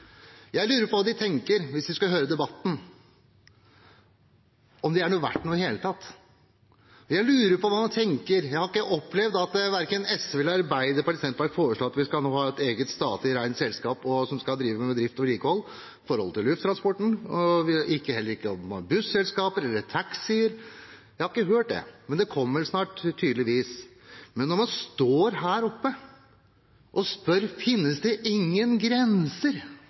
Jeg lurer på hva de tenker, om de skulle høre debatten – om de er verdt noe i det hele tatt. Jeg lurer på hva man tenker. Jeg har ikke opplevd at verken SV, Arbeiderpartiet eller Senterpartiet foreslår at vi nå skal ha et eget rent statlig selskap som skal drive med drift og vedlikehold innenfor lufttransport, busselskaper eller taxier. Jeg har ikke hørt det, men det kommer tydeligvis snart. Man står her oppe og spør om det ikke finnes noen grenser for hva denne regjeringen kan konkurranseutsette og privatisere. Og så er det